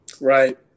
Right